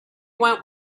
want